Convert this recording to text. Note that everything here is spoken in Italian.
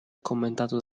commentato